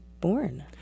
born